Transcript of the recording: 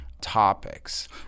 topics